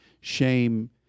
shame